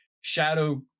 shadow